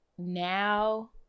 Now